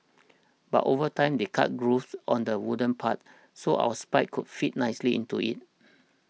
but over time they cut grooves on the wooden part so our spikes could fit nicely into it